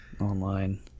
online